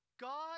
God